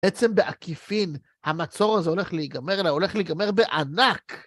בעצם בעקיפין המצור הזה הולך להיגמר לה, הולך להיגמר בענק.